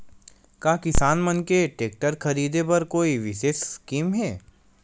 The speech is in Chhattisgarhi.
का किसान मन के टेक्टर ख़रीदे बर कोई विशेष स्कीम हे?